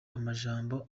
amajambo